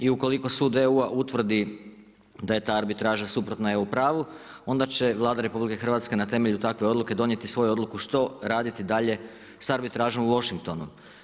I ukoliko sud EU-a utvrdi da je ta arbitraža suprotna EU pravu, onda će Vlada RH na temelju takve odluke donijeti svoju odluku što raditi dalje sa arbitražom u Washingtonu.